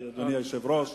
תודה לאדוני היושב-ראש.